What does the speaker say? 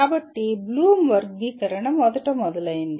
కాబట్టి బ్లూమ్ వర్గీకరణ మొదట మొదలైంది